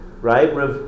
Right